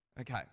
Okay